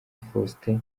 faustin